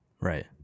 Right